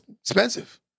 expensive